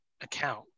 account